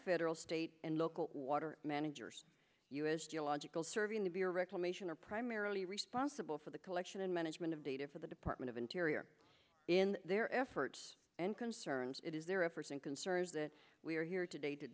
federal state and local water managers u s geological survey and the bureau reclamation are primarily responsible for the collection and management of data for the department of interior in their efforts and concerns it is their efforts and concerns that we are here today to